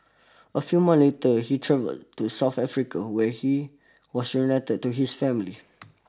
a few months later he travelled to South Africa where he was reunited to his family